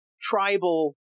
tribal